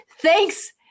Thanks